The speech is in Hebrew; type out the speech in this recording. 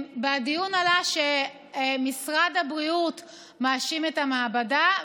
בדיון עלה שמשרד הבריאות מאשים את המעבדה,